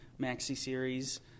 maxi-series